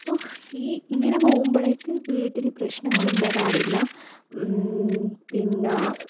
അപ്പോൾ ഈ ഇങ്ങനെ പോകുമ്പോളേക്ക് വീട്ടിൽ പ്രശ്നങ്ങളും വരാറില്ല പിന്നെ